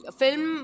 film